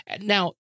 now